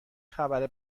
خبر